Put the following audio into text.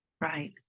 Right